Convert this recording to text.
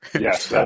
yes